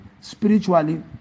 spiritually